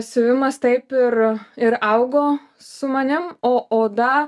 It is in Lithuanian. siuvimas taip ir ir augo su manim o oda